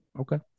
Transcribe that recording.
Okay